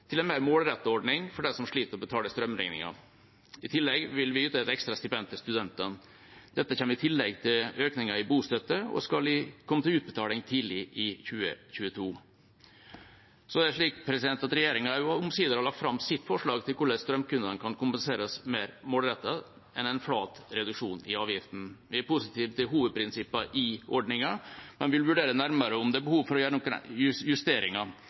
til en mer målrettet ordning for dem som sliter med å betale strømregningen. I tillegg vil vi yte et ekstra stipend til studentene. Dette kommer i tillegg til økningen i bostøtte og skal komme til utbetaling tidlig i 2022. Regjeringa har omsider lagt fram sitt forslag til hvordan strømkundene kan kompenseres mer målrettet enn med en flat reduksjon i avgiften. Vi er positive til hovedprinsippene i ordningen, men vil vurdere nærmere om det er behov for å gjøre noen justeringer.